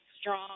strong